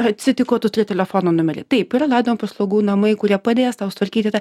ar atsitiko tu turi telefono numerį taip yra laidojimo paslaugų namai kurie padės tau sutvarkyti tą